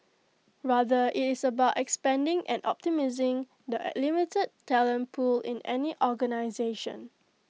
rather IT is about expanding and optimising the limited talent pool in any organisation